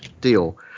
deal